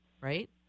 right